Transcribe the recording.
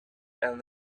and